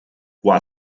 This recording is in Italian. qua